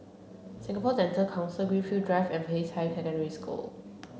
Singapore Dental Council Greenfield Drive and Peicai Secondary School